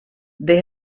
they